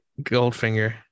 Goldfinger